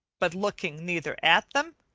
but looking neither at them,